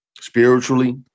spiritually